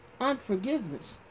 Unforgiveness